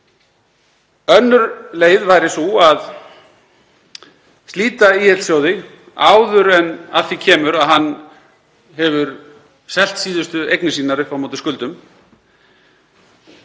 Önnur leið væri sú að slíta ÍL-sjóði áður en að því kemur að hann hefur selt síðustu eignir sínar upp á móti skuldum.